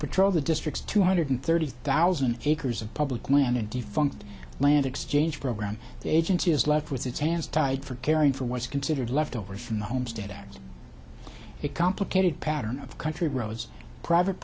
patrol the district's two hundred thirty thousand acres of public land and defunct land exchange program the agency is left with its hands tied for caring for what is considered left over from the homestead act it complicated pattern of country roads private